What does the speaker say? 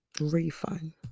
refund